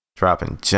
Dropping